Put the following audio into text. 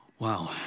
Wow